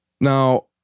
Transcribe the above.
Now